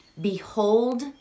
behold